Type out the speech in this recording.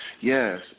Yes